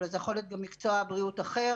אבל זה יכול להיות גם ממקצוע בריאות אחר,